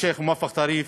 השיח' מואפק טריף,